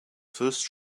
first